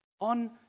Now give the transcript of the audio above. on